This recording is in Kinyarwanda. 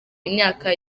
imyaka